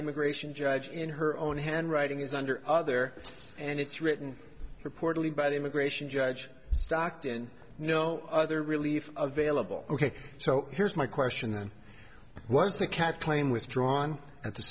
immigration judge in her own handwriting is under other and it's written purportedly by the immigration judge stockton no other relief available ok so here's my question was the cat playing withdrawn at the